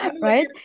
Right